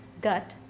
Gut